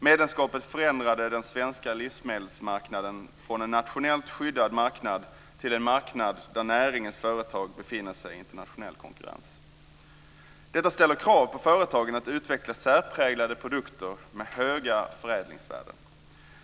Medlemskapet förändrade den svenska livsmedelsmarknaden från att vara en nationellt skyddad marknad till att vara en marknad där näringens företag befinner sig i internationell konkurrens. Detta ställer krav på företagen att utveckla särpräglade produkter med höga förädlingsvärden.